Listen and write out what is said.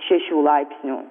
šešių laipsnių